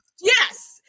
yes